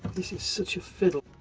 this is such a fiddle.